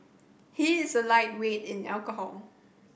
he is a lightweight in alcohol